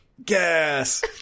gas